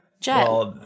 Jet